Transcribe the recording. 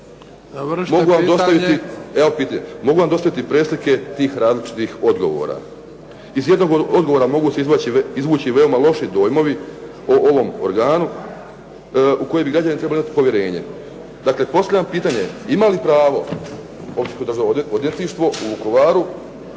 mogu vam dostaviti preslike tih različitih odgovora. Iz jednog odgovora mogu se izvući veoma loši dojmovi o ovom organu u kojim bi građani trebali imati povjerenja. Dakle, postavljam pitanje. Ima li pravo općinsko državno